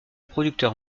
producteur